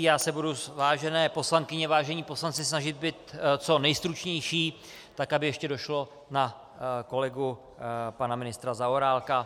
Já se budu, vážené poslankyně, vážení poslanci, snažit být co nejstručnější, tak aby ještě došlo na kolegu pana ministra Zaorálka.